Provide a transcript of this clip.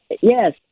Yes